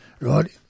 Right